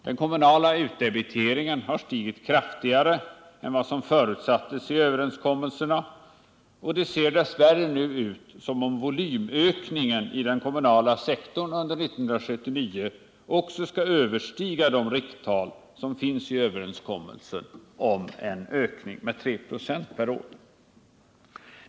Den kommunala utdebiteringen har stigit kraftigare än som förutsatts i överenskommelserna, och det ser dess värre nu ut som om också volymökningen i den kommunala sektorn 1979 skall överstiga de rikttal som finns i överenskommelsen om en ökning med 3 96 per år.